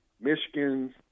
Michigan